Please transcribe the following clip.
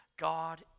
God